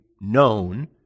known